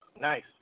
Nice